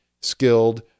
skilled